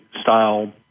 style